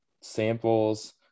samples